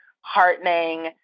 heartening